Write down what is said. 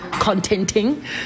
contenting